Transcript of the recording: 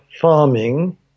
farming